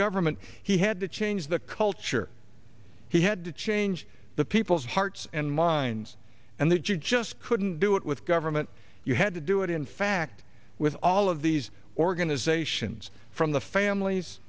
government he had to change the culture he had to change the people's hearts and minds and that you just couldn't do it with government you had to do it in fact with all of these organisations from the families